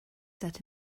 set